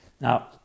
Now